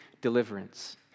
deliverance